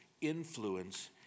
influence